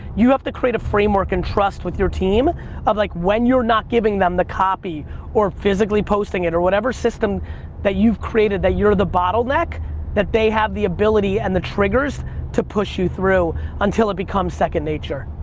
you have to create a framework and trust with your team of like when you're not giving them the copy or physically posting it or whatever system that you've created that you're the bottleneck that they have the ability and the triggers to push you through until it becomes second nature.